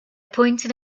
pointed